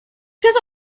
przez